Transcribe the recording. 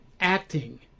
Acting